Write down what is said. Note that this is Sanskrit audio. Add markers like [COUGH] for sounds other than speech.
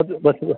[UNINTELLIGIBLE]